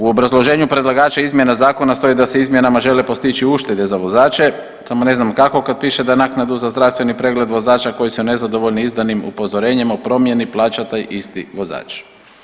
U obrazloženju predlagača izmjena zakona stoji da se izmjenama žele postići uštede za vozače, samo ne znam kakvo kad piše da naknadu za zdravstveni pregled vozača koji su nezadovoljni izdanim upozorenjima o promjeni plaća taj isti vozač.